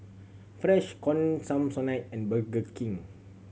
Freshkon Samsonite and Burger King